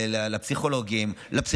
לפסיכולוגים, לפסיכיאטרים,